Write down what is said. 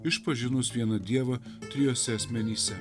išpažinus vieną dievą trijuose asmenyse